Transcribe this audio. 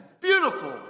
Beautiful